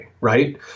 right